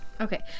Okay